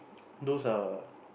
those are